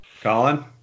Colin